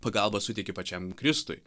pagalbą suteiki pačiam kristui